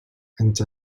أنت